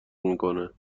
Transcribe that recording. میکنه